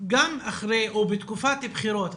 גם אחרי או בתקופת בחירות,